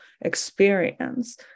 experience